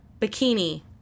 bikini